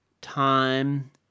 time